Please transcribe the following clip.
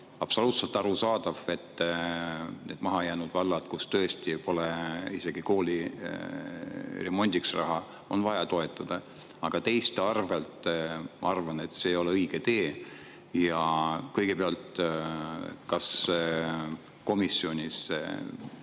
Absoluutselt arusaadav, et mahajäänud valdasid, kellel tõesti pole isegi kooli remondiks raha, on vaja toetada. Aga teiste arvel? Ma arvan, et see ei ole õige tee. Kõigepealt, kas komisjonis